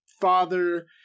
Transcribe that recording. father